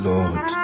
Lord